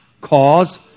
cause